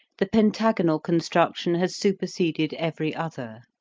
the pentagonal construction has superseded every other.